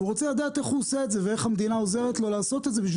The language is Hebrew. והוא רוצה לדעת איך הוא עושה את זה ואיך המדינה עוזרת לו לעשות את זה,